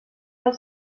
del